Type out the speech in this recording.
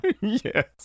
yes